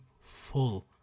full